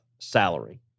salary